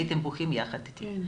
הייתם בוכים יחד אתי.